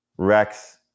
Rex